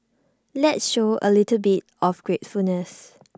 let's show A little bit of gratefulness